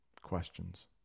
Questions